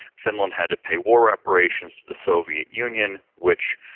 finland had to pay war reparations to the soviet union which,